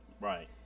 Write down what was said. Right